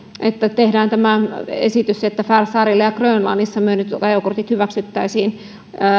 että tehdään esitys että färsaarilla ja grönlannissa myönnetyt ajokortit hyväksyttäisiin